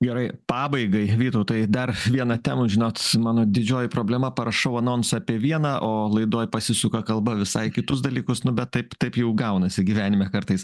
gerai pabaigai vytautai dar vieną temą žinot mano didžioji problema parašau anonsą apie vieną o laidoj pasisuka kalba visai kitus dalykus nu bet taip taip jau gaunasi gyvenime kartais